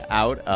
out